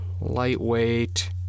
lightweight